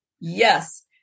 Yes